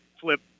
flip